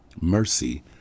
Mercy